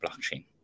blockchain